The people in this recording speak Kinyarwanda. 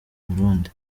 burundi